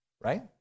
Right